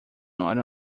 not